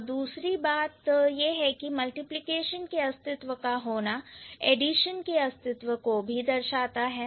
और दूसरी बात यह है कि मल्टीप्लिकेशन के अस्तित्व का होना एडिशन के अस्तित्व को दर्शाता है